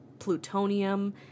plutonium